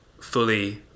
fully